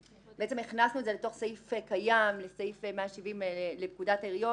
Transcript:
הכנסנו את זה לסעיף 170 לפקודת העיריות